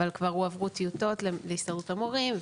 אבל כבר הועברו טיוטות להסתדרות המורים,